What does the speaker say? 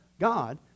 God